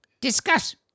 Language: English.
Discuss